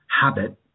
habit